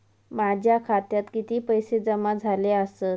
माझ्या खात्यात किती पैसे जमा झाले आसत?